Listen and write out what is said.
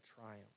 triumph